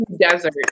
desert